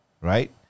Right